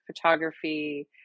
photography